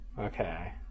Okay